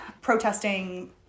protesting